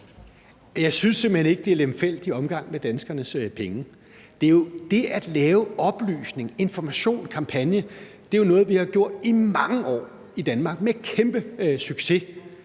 Jeg synes simpelt hen ikke, at det er lemfældig omgang med danskernes penge. Det at lave oplysning, information og kampagner er jo noget, vi har gjort i mange år i Danmark med kæmpe succes.